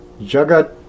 Jagat